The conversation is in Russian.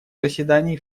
заседаний